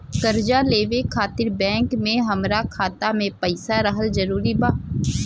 कर्जा लेवे खातिर बैंक मे हमरा खाता मे पईसा रहल जरूरी बा?